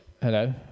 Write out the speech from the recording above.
Hello